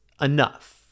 enough